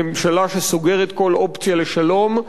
ממשלה שסוגרת כל אופציה לשלום,